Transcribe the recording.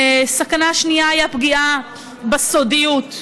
הסכנה השנייה היא הפגיעה בסודיות.